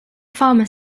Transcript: farmer